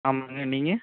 ஆமாங்க நீங்கள்